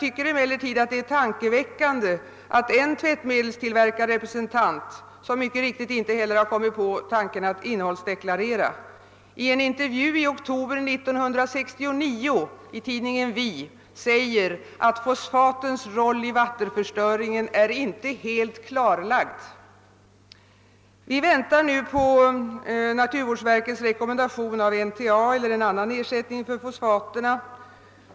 Det är emellertid tankeväckande att en tvättmedelstillverkare — som mycket riktigt inte heller kommit på tanken att innehållsdeklarera sina produkter — i en intervju i tidningen Vi i oktober 1969 uttalar att fosfatens roll i vattenförstöringen inte är helt klarlagd! Vi väntar nu på naturvårdsverkets rekommendation av NTA eller annan ersättning för fosfaterna.